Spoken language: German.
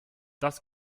das